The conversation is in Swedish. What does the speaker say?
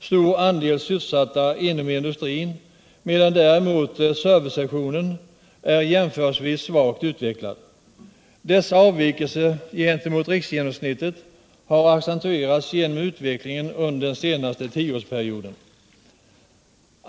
stor andel människor sysselsatta inom industri, medan servicesektorn är jämförelsevis svagt utvecklad. Dessa avvikelser i förhållande till riksgenomsnittet har accentuerats genom utvecklingen under den senaste tioårsperioden.